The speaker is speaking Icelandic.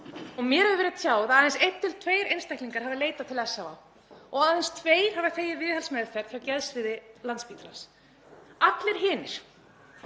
og mér hefur verið tjáð að aðeins einn til tveir einstaklingar hafi leitað til SÁÁ og aðeins tveir hafi þegið viðhaldsmeðferð frá geðsviði Landspítalans. Allir hinir